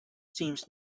seems